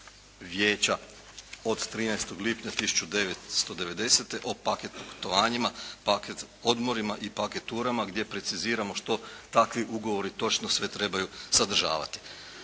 Vijeća od 13. lipnja 1990. o paket putovanjima, paket odmorima i paket turama gdje preciziramo što takvi ugovori točno sve trebaju sadržavati.